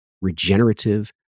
regenerative